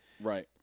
Right